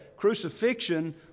crucifixion